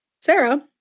Sarah